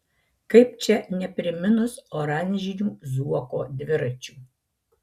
kaip čia nepriminus oranžinių zuoko dviračių